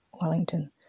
Wellington